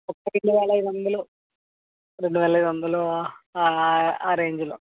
ఒక్క ఐదు వేల ఐదు వందలు రెండు వేల ఐదు వందలు ఆ రేంజ్లో